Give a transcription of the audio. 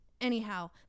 Anyhow